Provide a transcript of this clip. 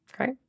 Okay